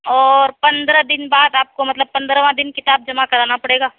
اور پندرہ دِن بعد آپ کو مطلب پندرہواں دِن کتاب جمع کرانا پڑے گا